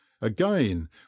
again